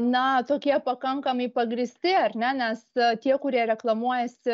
na tokie pakankamai pagrįsti ar ne nes tie kurie reklamuojasi